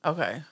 Okay